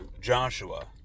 Joshua